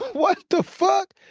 what the fuck?